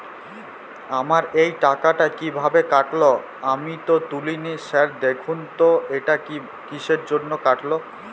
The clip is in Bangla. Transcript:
আমার এই টাকাটা কীভাবে কাটল আমি তো তুলিনি স্যার দেখুন তো এটা কিসের জন্য কাটল?